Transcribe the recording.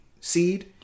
seed